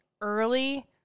early